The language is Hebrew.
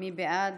מי בעד?